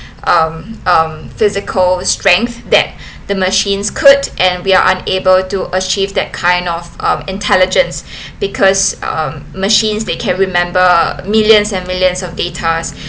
um um physical strength that the machines could and we are unable to achieve that kind of um intelligence because um machines they can remember millions and millions of data